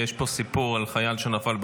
יש פה סיפור על חייל שנפל,